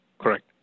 correct